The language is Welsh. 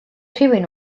rhywun